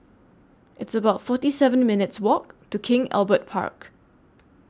It's about forty seven minutes' Walk to King Albert Park